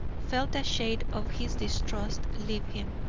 felt a shade of his distrust leave him,